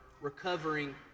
recovering